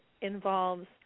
involves